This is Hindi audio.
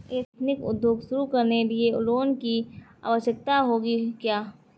एथनिक उद्योग शुरू करने लिए लोन की आवश्यकता होगी क्या?